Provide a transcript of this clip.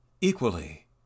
equally